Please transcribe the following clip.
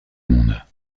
monde